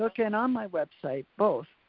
like and on my website, both,